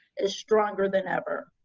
is stronger than ever.